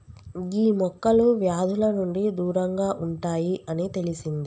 గీ మొక్కలు వ్యాధుల నుండి దూరంగా ఉంటాయి అని తెలిసింది